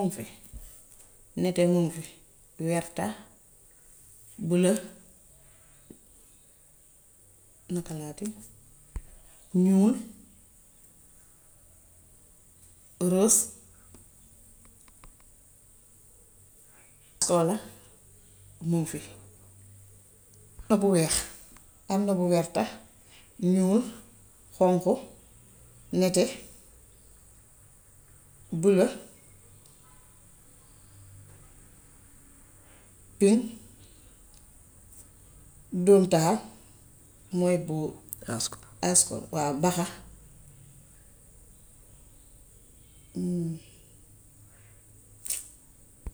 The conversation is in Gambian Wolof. nete miŋ fi, werta, bula, naka laa ti, ñuul, ros, sokola miŋ fi. Am na bu weex, am na bu werta, ñuul, xonqu, nete, bula, pëy, dóom-taal, nawet bu rasko, rasko waaw baxa.